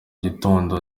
gitondo